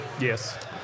Yes